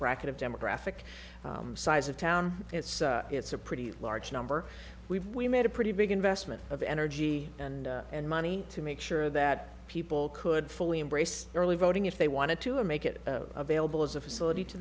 bracket of demographic size of town it's it's a pretty large number we've we made a pretty big investment of energy and and money to make sure that people could fully embrace early voting if they wanted to and make it available as a facility to